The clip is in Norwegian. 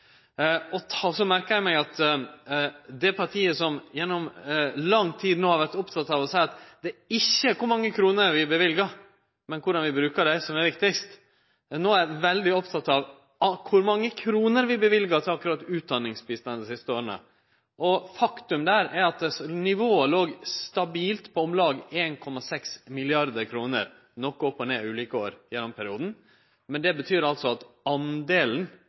Så merkar eg meg at det partiet som gjennom lang tid no har vore opptatt av å seie at det ikkje er kor mange kroner vi løyver, men korleis vi brukar dei, som er viktigast, no er veldig opptatt av kor mange kroner vi løyver til akkurat utdanningsbistand dei siste åra. Og faktum der er at nivået låg stabilt på om lag 1,6 mrd. kr – noko opp og ned ulike år gjennom perioden. Men det betyr altså at